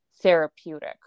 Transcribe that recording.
therapeutic